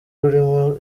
rurimo